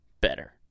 better